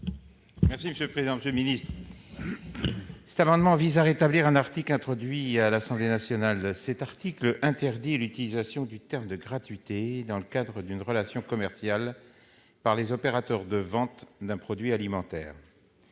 présenter l'amendement n° 238 rectifié. Cet amendement vise à rétablir un article introduit à l'Assemblée nationale, qui interdit l'utilisation du terme « gratuité », dans le cadre d'une relation commerciale, par les opérateurs de vente d'un produit alimentaire.